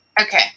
Okay